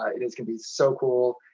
ah it is gonna be so cool ah,